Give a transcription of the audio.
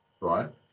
right